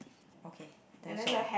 okay then sorry